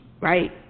Right